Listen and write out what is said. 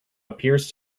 appears